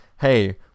hey